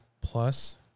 Plus